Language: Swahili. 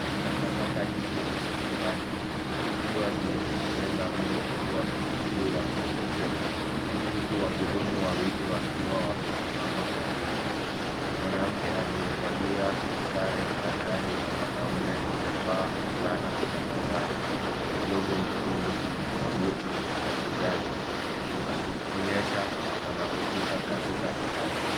Takataka nyingi zimekusanywa, zikiwa zimetengeneza rundo kubwa juu ya mkokoteni huku wahudumu wawili wakiwa wamesimama karibu. Mwanamke aliyevalia sare ya kazi na mwanaume amevaa fulana ya manjano. glovu nyekundu na buti ya kijani akionyesha wanahusika katika usafi.